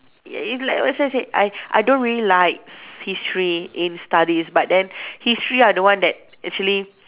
y~ you like that's why I said I I don't really like history in studies but then history I don't want that actually